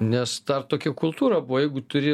na dar tokia kultūra buvo jeigu turi